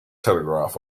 telegraph